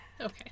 Okay